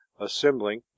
assembling